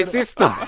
sister